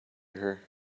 her